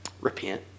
Repent